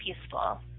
peaceful